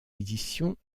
éditions